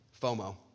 FOMO